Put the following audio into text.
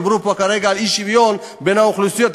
דיברו פה כרגע על אי-שוויון בין האוכלוסיות.